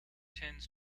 tends